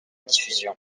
diffusion